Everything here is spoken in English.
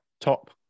top